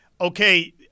okay